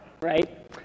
right